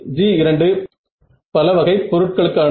G2 பலவகை பொருட்களுக்கானது